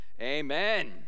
Amen